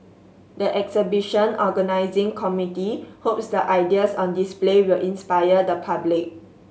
the exhibition organising committee hopes the ideas on display will inspire the public